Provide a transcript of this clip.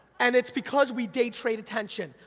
and it's because we day trade attention.